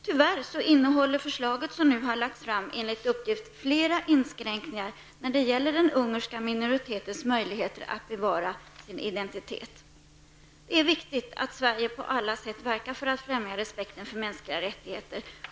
Tyvärr innehåller det förslag som nu har lagts fram enligt uppgift flera inskränkningar när det gäller den ungerska minoritetens möjligheter att bevara sin identitet. Det är viktigt att Sverige på alla sätt verkar för att främja respekten för mänskliga rättigheter.